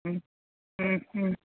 ഉം ഉം ഉം